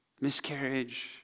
Miscarriage